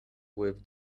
with